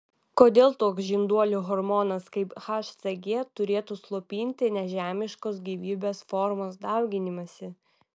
kodėl toks žinduolių hormonas kaip hcg turėtų slopinti nežemiškos gyvybės formos dauginimąsi